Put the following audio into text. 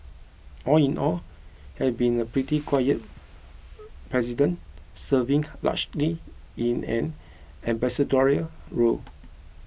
all in all had been a pretty quiet president serving largely in an ambassadorial role